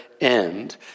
end